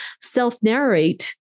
self-narrate